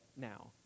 now